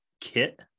kit